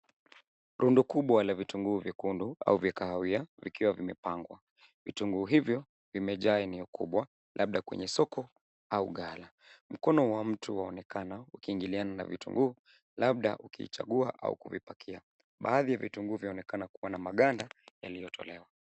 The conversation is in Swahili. Rundo kubwa la vitunguu vyekundu au vya kahawia vikiwa vimepangwa. Vitunguu hivyo vimejaa eneo kubwa labda kwenye soko au gala. Mkono wa mtu waonekana ukiingiliana na vitunguu labda ukiichagu au kuvipakia. Baadhi ya vitunguu vyaonekana kuwa na maganda yaliyotolewa.